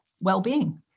well-being